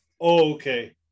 Okay